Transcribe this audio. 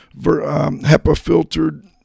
HEPA-filtered